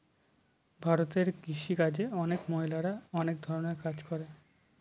ভারতে কৃষি কাজে অনেক মহিলারা অনেক ধরনের কাজ করে